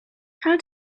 how